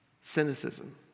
Cynicism